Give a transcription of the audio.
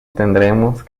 tendremos